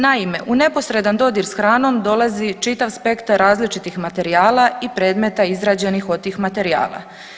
Naime, u neposredan dodir s hranom dolazi čitav spektar različitih materijala i predmeta izrađenih od tih materijala.